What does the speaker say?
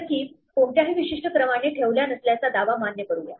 तर keys कोणत्याही विशिष्ट क्रमाने ठेवल्या नसल्याचा दावा मान्य करु या